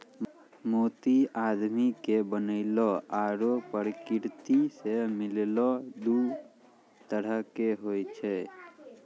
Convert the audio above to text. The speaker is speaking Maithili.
मोती आदमी के बनैलो आरो परकिरति सें मिललो दु तरह के होय छै